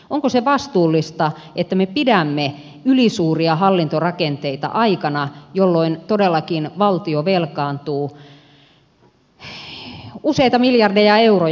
onko se vastuullista että me pidämme ylisuuria hallintorakenteita aikana jolloin todellakin valtio velkaantuu useita miljardeja euroja